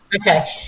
Okay